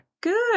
Good